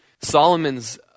Solomon's